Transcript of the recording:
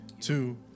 Two